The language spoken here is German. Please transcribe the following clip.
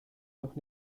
doch